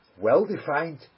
Well-defined